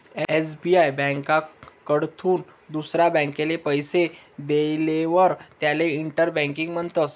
SBI ब्यांककडथून दुसरा ब्यांकले पैसा देयेलवर त्याले इंटर बँकिंग म्हणतस